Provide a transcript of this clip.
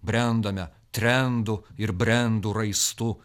brendome trendų ir brendų raistu